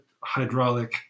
hydraulic